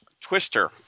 twister